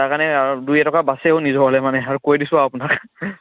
তাৰ কাৰণে আৰু দুই এটকা বাছেও নিজলৈ মানে আৰু কৈ দিছোঁ আৰু আপোনাক